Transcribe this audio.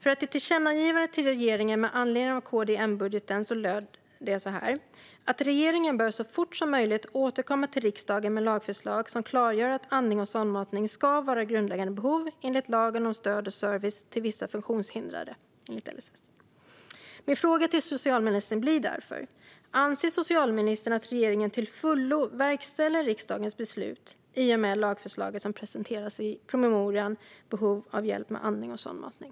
Ett tillkännagivande till regeringen med anledning av KD och M-budgeten lyder så här: Regeringen bör så fort som möjligt återkomma till riksdagen med lagförslag som klargör att andning och sondmatning ska vara grundläggande behov enligt lagen om stöd och service till vissa funktionshindrade, LSS. Min fråga till socialministern blir därför: Anser socialministern att regeringen till fullo verkställer riksdagens beslut i och med det lagförslag som presenteras i promemorian Behov av hjälp med andning och sondmatning ?